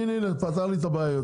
הנה פתרתי את הבעיה.